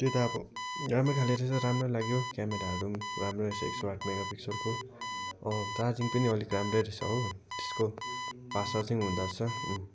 त्यही त अब राम्रो खाले रहेछ राम्रो लाग्यो क्यामराहरू पनि राम्रै रहेछ एक सौ आठ मेगापिक्सलको चार्जिङ पनि अलिक राम्रै रहेछ हो त्यसको फास्ट चार्जिङ हुँदोरहेछ